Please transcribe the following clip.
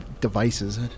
Devices